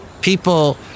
People